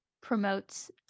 promotes